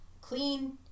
Clean